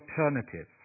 alternative